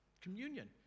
communion